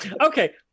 Okay